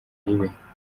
ribe